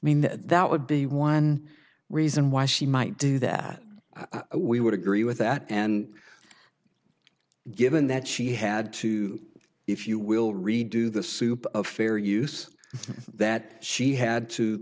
mean that would be one reason why she might do that we would agree with that and given that she had to if you will redo the soup of fair use that she had to